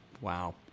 Wow